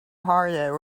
harder